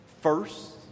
First